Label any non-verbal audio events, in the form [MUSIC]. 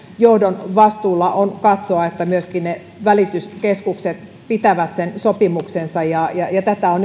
johdon vastuulla on katsoa että myöskin ne välityskeskukset pitävät sen sopimuksensa ja ja tätä on [UNINTELLIGIBLE]